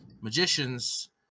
magicians